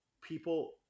people